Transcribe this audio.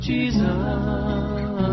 Jesus